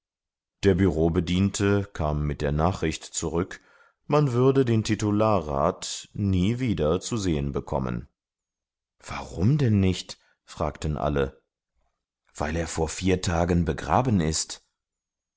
der bürobediente kam mit der nachricht zurück man würde den titularrat nie wieder zu sehen bekommen warum denn nicht fragten alle weil er vor vier tagen begraben ist